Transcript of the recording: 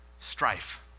Strife